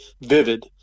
vivid